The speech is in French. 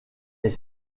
est